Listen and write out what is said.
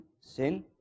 sin